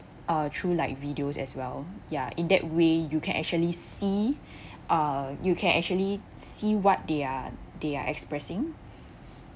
uh through like videos as well ya in that way you can actually see uh you can actually see what they are they are expressing